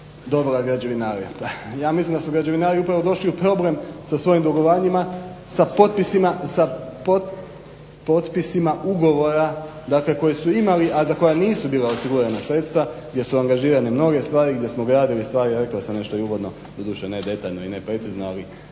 dovela građevinare. Pa ja mislim da su građevinari upravo došli u problem sa svojim dugovanjima sa potpisima ugovora koje su imali, a za koja nisu bila osigurana sredstva gdje su angažirane mnoge stvari, gdje smo gradili stvari. Rekao sam nešto i uvodno, doduše ne detaljno i ne precizno, ali